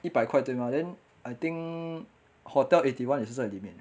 一百块对吗 then I think hotel eighty one 也是在里面